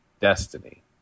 destiny